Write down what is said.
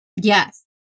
Yes